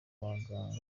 baganga